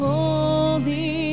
Holy